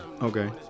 Okay